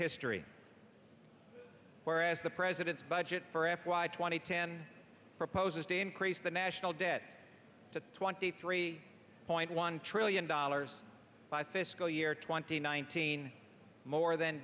history whereas the president's budget for f y twenty ten proposes to increase the national debt to twenty three point one trillion dollars by fiscal year twenty nineteen more than